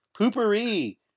Poopery